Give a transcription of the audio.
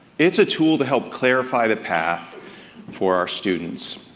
it's a tool to help clarify the path for our students.